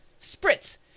Spritz